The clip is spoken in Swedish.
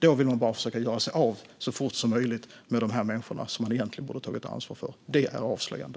Då vill de bara göra sig av med dessa människor så fort som möjligt, som de egentligen skulle ha tagit ansvar för. Det är avslöjande.